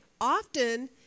Often